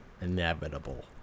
Inevitable